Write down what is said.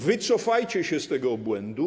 Wycofajcie się z tego obłędu.